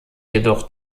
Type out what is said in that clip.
jedoch